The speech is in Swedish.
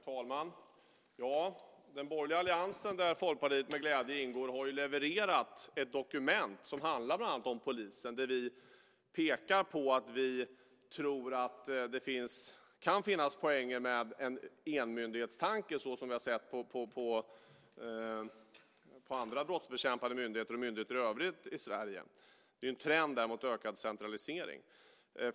Herr talman! Den borgerliga alliansen, där Folkpartiet med glädje ingår, har levererat ett dokument som handlar bland annat om polisen. Vi pekar där på att vi tror att det kan finnas en poäng med enmyndighetstanken - precis som vi sett när det gäller andra brottsbekämpande myndigheter och myndigheter i övrigt i Sverige. Det finns ju där en trend mot en ökad centralisering.